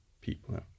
people